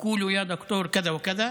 בזמן שאנחנו לא נמצאים.